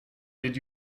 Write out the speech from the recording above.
did